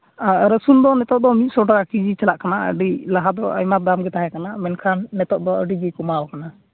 ᱟᱨ ᱨᱚᱥᱩᱱ ᱫᱚ ᱱᱮᱛᱟᱨ ᱫᱚ ᱢᱤᱫᱥᱚ ᱴᱟᱠᱟ ᱠᱮᱡᱤ ᱪᱟᱞᱟᱜ ᱠᱟᱱᱟ ᱟᱹᱰᱤ ᱞᱟᱦᱟ ᱫᱚ ᱟᱭᱢᱟ ᱫᱟᱢᱜᱮ ᱛᱟᱦᱮᱸ ᱠᱟᱱᱟ ᱢᱮᱱᱠᱷᱟᱱ ᱱᱤᱛᱚᱜ ᱫᱚ ᱟᱹᱰᱤᱜᱮ ᱠᱚᱢᱟᱣ ᱠᱟᱱᱟ